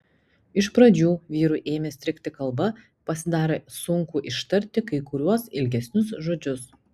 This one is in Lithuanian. iš pradžių vyrui ėmė strigti kalba pasidarė sunku ištarti kai kuriuos ilgesnius žodžius